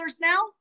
now